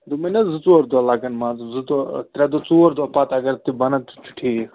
دوٚپمَے نا زٕ ژور دۄہ لگن مان ژٕ زٕ ژور ترٛےٚ دۄہ ژور دۄہ پتہٕ اگر تہِ بنَن سُہ تہِ چھُ ٹھیٖک